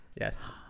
Yes